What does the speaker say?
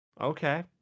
okay